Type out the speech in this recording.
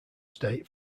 state